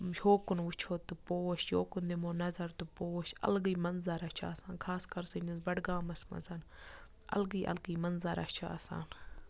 ہوکُن وٕچھو تہٕ پوش یوکُن دِمو نظر تہٕ پوش الگٕے منظرہ چھِ آسان خاص کر سٲنِس بڈگامَس منٛز الگٕے الگٕے منظرہ چھِ آسان